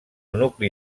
nucli